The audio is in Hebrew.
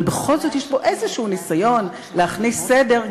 אבל בכל זאת יש בו ניסיון כלשהו להכניס סדר,